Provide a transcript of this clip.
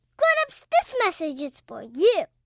grown-ups, this message is for you